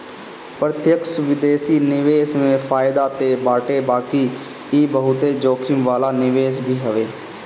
प्रत्यक्ष विदेशी निवेश में फायदा तअ बाटे बाकी इ बहुते जोखिम वाला निवेश भी हवे